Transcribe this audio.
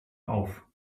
auf